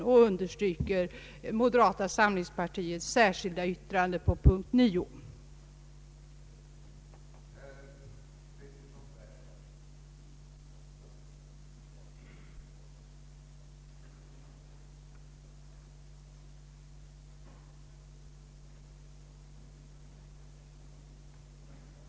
Jag understryker också moderata samlingspartiets särskilda yttrande vid punkten 9 av herr Bohman m.fl.